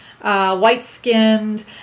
white-skinned